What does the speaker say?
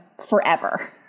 forever